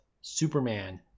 Superman